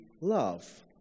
love